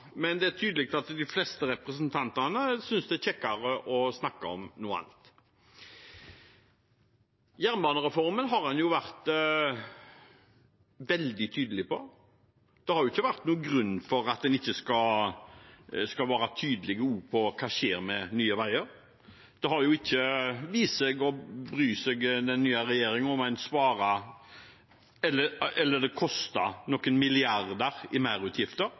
men det er tydelig at de fleste representantene synes det er kjekkere å snakke om noe annet. Jernbanereformen har en vært veldig tydelig på, og det har ikke vært noen grunn til at en ikke skal være tydelig også på hva som skjer med Nye Veier. Den nye regjeringen har ikke vist seg å bry seg om hvorvidt det koster noen milliarder i merutgifter å ta en